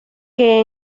que